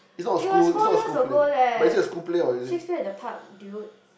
it was four years ago leh Shakespeare in the park dude